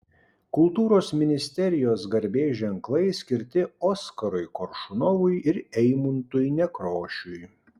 kultūros ministerijos garbės ženklai skirti oskarui koršunovui ir eimuntui nekrošiui